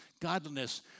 godliness